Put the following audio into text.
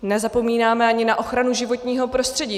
Nezapomínáme ani na ochranu životního prostředí.